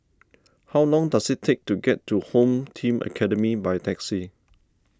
how long does it take to get to Home Team Academy by taxi